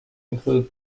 include